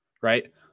Right